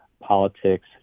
Politics